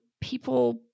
people